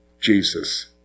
Jesus